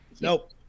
nope